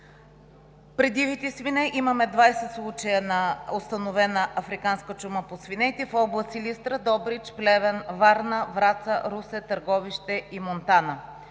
При дивите свине имаме 20 случая на установена африканска чума по свинете в областите Силистра, Добрич, Плевен, Варна, Враца, Русе, Търговище и Монтана.